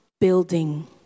building